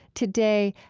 today,